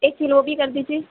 ایک کلو وہ بھی کر دیجئے